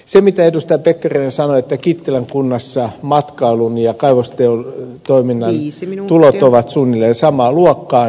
ministeri pekkarinen sanoi että kittilän kunnassa matkailun ja kaivostoiminnan tulot ovat suunnilleen samaa luokkaa